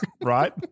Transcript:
Right